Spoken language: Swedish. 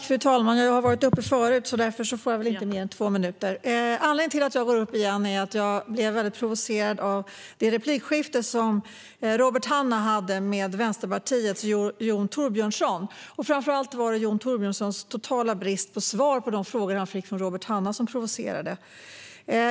Fru talman! Anledningen till att jag går upp i talarstolen igen är att jag blev väldigt provocerad av replikskiftet mellan Robert Hannah och Vänsterpartiets Jon Thorbjörnson. Framför allt provocerade Jon Thorbjörnsons totala brist på svar på de frågor som han fick från Robert Hannah.